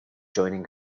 joining